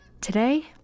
Today